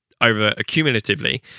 over-accumulatively